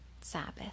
Sabbath